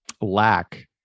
lack